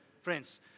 friends